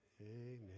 Amen